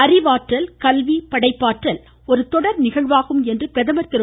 அறிவாற்றல் கல்வி படைப்பாற்றல் ஒரு தொடர் நிகழ்வாகும் என்று பிரதமர் திரு